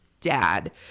dad